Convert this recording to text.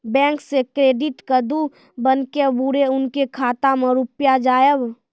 Bank से credit कद्दू बन के बुरे उनके खाता मे रुपिया जाएब?